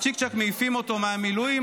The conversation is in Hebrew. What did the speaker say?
צ'יק-צ'ק מעיפים אותו מהמילואים.